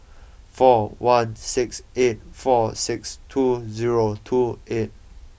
four one six eight four six two zero two eight